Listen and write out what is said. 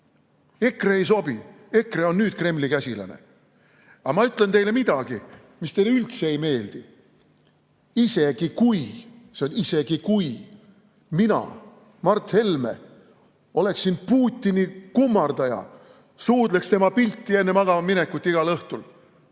EKRE ei sobi, EKRE on nüüd Kremli käsilane. Aga ma ütlen teile midagi, mis teile üldse ei meeldi. Isegi kui – see on isegi kui – mina, Mart Helme, oleksin Putini kummardaja, suudleksin tema pilti enne magamaminekut igal õhtul,